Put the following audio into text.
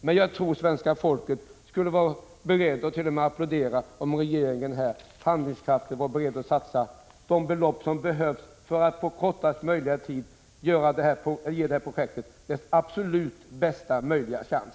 Men jag tror att svenska folket skulle vara berett att gå med på och t.o.m. skulle applådera om regeringen handlingskraftigt var beredd att satsa de belopp som behövs för att på kortaste möjliga tid ge detta projekt dess absolut bästa möjliga chans.